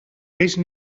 peix